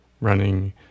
running